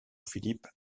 philippe